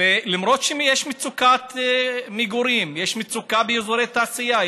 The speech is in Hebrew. למרות מצוקת המגורים ומצוקה באזורי תעשייה.